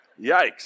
Yikes